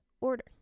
order